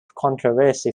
controversy